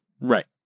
Right